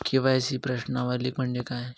KYC प्रश्नावली म्हणजे काय?